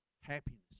happiness